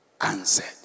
answered